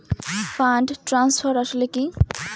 Fund transfer আসলে কী?